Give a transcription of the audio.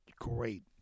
great